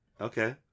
Okay